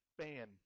fan